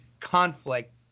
conflict